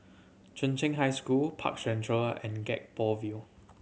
Chung Cheng High School Park Central and Gek Poh Ville